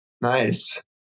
Nice